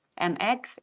mx